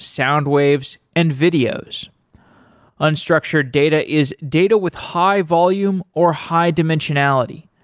sound waves and videos unstructured data is data with high volume, or high dimensionality.